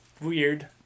weird